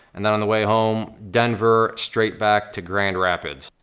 and then on the way home, denver, straight back to grand rapids.